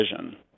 vision